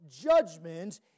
judgment